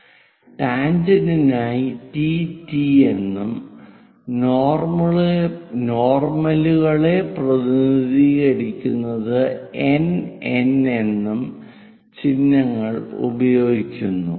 ടാൻജെന്റിനായി T T എന്നും നോർമലുകളെ പ്രതിനിധീകരിക്കുന്നതിന് എൻ എൻ എന്നും ചിഹ്നങ്ങൾ ഉപയോഗിക്കുന്നു